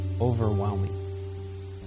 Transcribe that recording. overwhelming